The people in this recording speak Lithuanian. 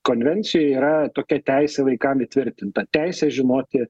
konvencijoj yra tokia teisė vaikam įtvirtinta teisė žinoti